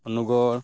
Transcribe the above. ᱠᱩᱱᱩᱜᱚᱲ